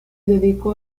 dedicó